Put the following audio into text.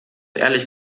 ehrlich